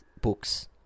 books